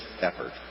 effort